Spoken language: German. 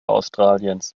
australiens